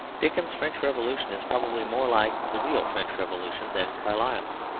dickens's french revolution is probably more like the real french revolution than carlyle's.